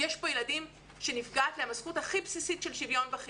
יש פה ילדים שנפגעת להם הזכות הכי בסיסית של שוויון בחינוך,